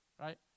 Right